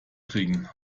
kriegen